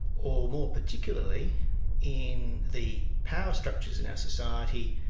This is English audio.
or more particularly in the power structures in our society,